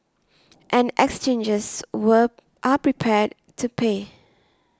and exchanges were are prepared to pay